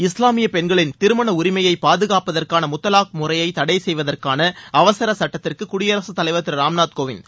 இஸ்லாமிய பெண்களின் திருமண உரிமையை பாதுகாப்பதற்கான முத்தலாக் முறையை தடை செய்வதற்கான அவசர சட்டத்திற்கு குடியரசுத்தலைவர் திரு ராம்நாத்கோவிந்த்